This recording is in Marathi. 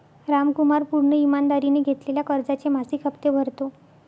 रामकुमार पूर्ण ईमानदारीने घेतलेल्या कर्जाचे मासिक हप्ते भरतो